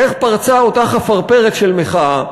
איך פרצה אותה חפרפרת של מחאה?